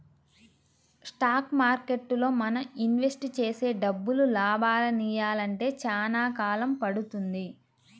stock మార్కెట్టులో మనం invest చేసే డబ్బులు లాభాలనియ్యాలంటే చానా కాలం పడుతుంది